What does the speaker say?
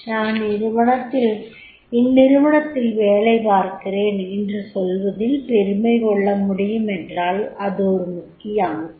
நான் இந்நிறுவனத்தில் வேலைபார்க்கிறேன் என்று சொல்வதில் பெருமை கொள்ளமுடியும் என்றால் அது ஒரு முக்கிய அம்சமே